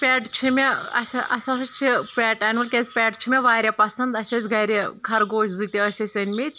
پٮ۪ٹ چھِ مےٚ اَسہِ اَسہِ حظ چھِ پٮ۪ٹ اَنُن کیٛازکہِ پٮ۪ٹ چھُ مےٚ واریاہ پَسَنٛد اَسہِ ٲسۍ گَرِ خرگوش زٕ تہِ ٲسۍ اَسہِ أنۍمٕتۍ